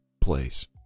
place